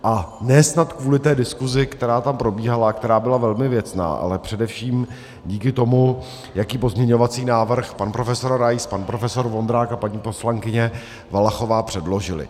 A ne snad kvůli té diskusi, která tam probíhala a byla velmi věcná, ale především díky tomu, jaký pozměňovací návrh pan profesor Rais, pan profesor Vondrák a paní poslankyně Valachová předložili.